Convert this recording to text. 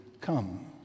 come